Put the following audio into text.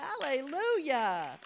hallelujah